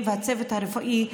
והצוות הרפואי,